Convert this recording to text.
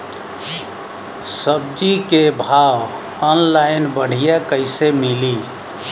सब्जी के भाव ऑनलाइन बढ़ियां कइसे मिली?